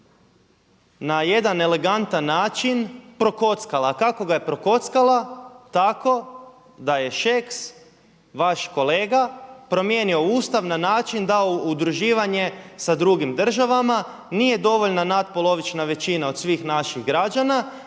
na jedan elegantan način prokockala. A kako ga je prokockala? Tako da je Šeks vaš kolega promijenio Ustav na način da udruživanje sa drugim državama nije dovoljna natpolovična većina od svih naših građana